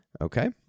Okay